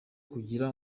kugira